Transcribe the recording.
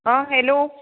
आं हॅलो